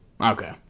Okay